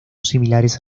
similares